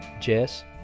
Jess